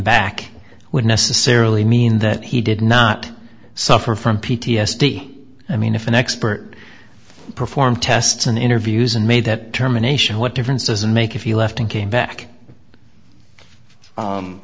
back would necessarily mean that he did not suffer from p t s d i mean if an expert perform tests and interviews and made that determination what difference does it make if he left and came back